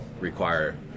require